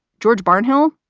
george barnhill.